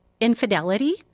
infidelity